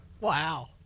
Wow